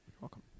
welcome